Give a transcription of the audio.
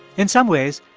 in some ways,